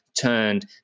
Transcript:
turned